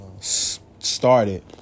started